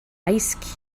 ice